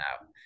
now